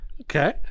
Okay